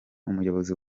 umuyobozi